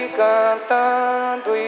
cantando